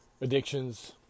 addictions